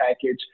package